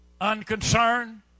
unconcerned